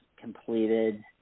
completed